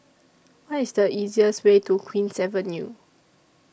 What IS The easiest Way to Queen's Avenue